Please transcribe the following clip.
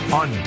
on